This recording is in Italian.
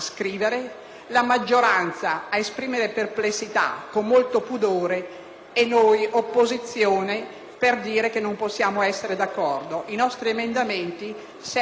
la maggioranza ad esprimere le sue perplessità con molto pudore e noi opposizione ad affermare che non possiamo essere d'accordo. I nostri emendamenti servono a